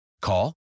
Call